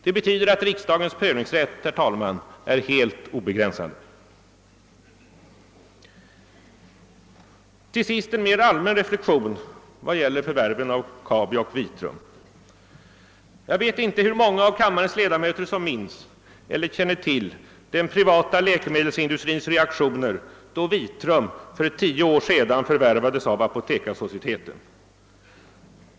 Det betyder att riksdagens prövningsrätt, herr talman, är obegränsad. Till sist en mer allmän reflexion vad gäller förvärven av Kabi och Vitrum. Jag vet inte hur många av kammarens ledamöter som minns eller känner till den privata läkemedelsindustrins reaktioner då Vitrum för tio år sedan förvärvades av Apotekarsocieteten.